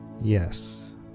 Yes